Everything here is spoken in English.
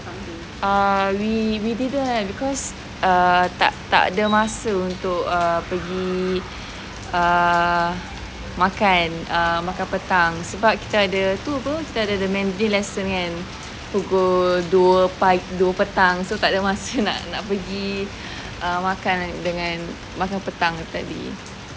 err we didn't because tak tak ada masa untuk uh pergi uh makan uh makan petang sebab kita ada tu [pe] kita ada mandarin lesson kan pukul dua pagi dua petang so tak ada masa nak nak pergi uh makan dengan uh makan petang